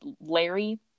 Larry